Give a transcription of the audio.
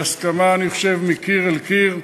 בהסכמה, אני חושב, מקיר לקיר,